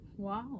Wow